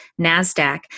NASDAQ